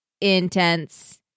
intense